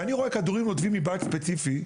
וכשאני רואה כדורים נותבים מבית ספציפי,